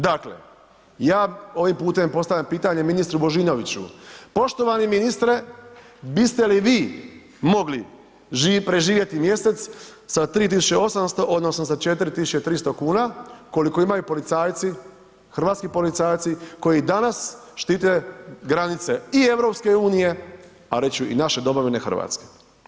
Dakle, ja ovim putem postavljam pitanje ministru Božinoviću, poštovani ministre biste li vi mogli preživjeti mjesec sa 3800, odnosno 4300 kuna koliko imaju policajci, hrvatski policajci koji danas štite granice i EU a reći ću i naše domovine Hrvatske?